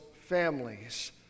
families